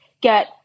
get